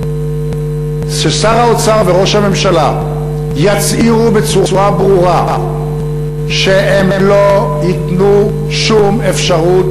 ששר האוצר וראש הממשלה יצהירו בצורה ברורה שהם לא ייתנו שום אפשרות